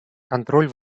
контроль